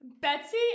Betsy